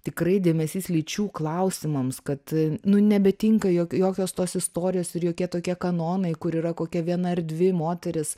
tikrai dėmesys lyčių klausimams kad nu nebetinka jok jokios tos istorijos ir jokie tokie kanonai kur yra kokia viena ar dvi moterys